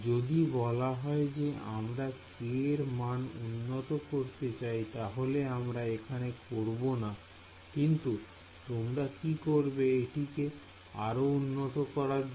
যদি বলা হয় যে আমরা k এর মান উন্নত করতে চাই তাহলে আমরা এখানে করবো না কিন্তু তোমরা কি করবে এটিকে আরও উন্নত করার জন্য